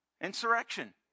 Insurrection